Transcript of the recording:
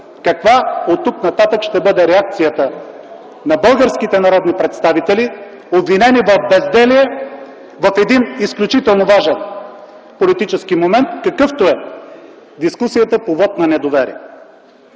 бъде оттук нататък реакцията на българските народни представители, обвинени в безделие в един изключително важен политически момент, какъвто е дискусията по вот на недоверие.